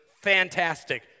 fantastic